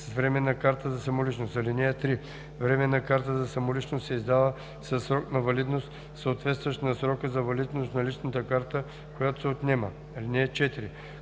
с временна карта за самоличност. (3) Временна карта за самоличност се издава със срок на валидност, съответстващ на срока на валидност на личната карта, която се отнема. (4)